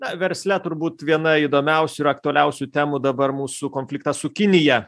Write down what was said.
na versle turbūt viena įdomiausių ir aktualiausių temų dabar mūsų konfliktas su kinija